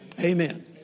Amen